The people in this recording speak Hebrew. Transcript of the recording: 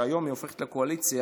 שהיום היא הופכת לקואליציה,